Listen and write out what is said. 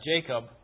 Jacob